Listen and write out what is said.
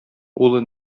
улы